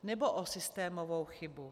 Nebo o systémovou chybu?